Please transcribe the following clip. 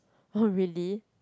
oh really